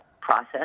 process